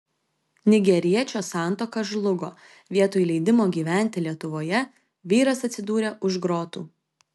nigeriečio santuoka žlugo vietoj leidimo gyventi lietuvoje vyras atsidūrė už grotų